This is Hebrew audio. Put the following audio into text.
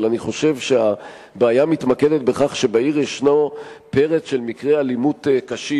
אבל אני חושב שהבעיה מתמקדת בכך שבעיר יש פרץ של מקרי אלימות קשים.